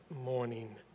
morning